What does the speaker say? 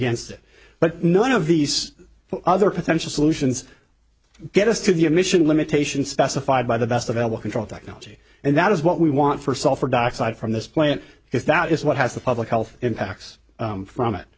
against it but none of these other potential solutions get us to the emission limitation specified by the best available control technology and that is what we want for sulfur dioxide from this plant if that is what has the public health impacts from it